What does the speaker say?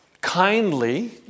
kindly